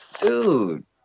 dude